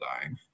dying